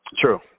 True